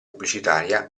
pubblicitaria